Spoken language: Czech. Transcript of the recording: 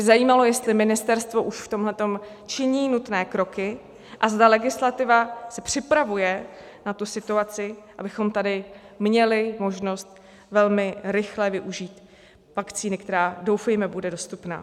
Mě by zajímalo, jestli ministerstvo už v tomto činí nutné kroky a zda legislativa se připravuje na tu situaci, abychom tady měli možnost velmi rychlé využít vakcíny, která, doufejme, bude dostupná.